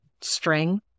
string